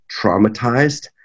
traumatized